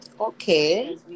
okay